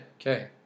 Okay